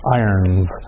irons